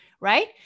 right